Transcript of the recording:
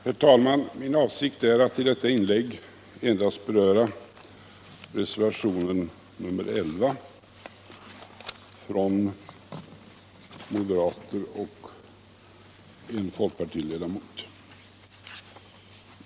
Herr talman! Min avsikt är att i detta inlägg endast beröra reservationen | 11, avgiven av två moderater och en folkpartiledamot.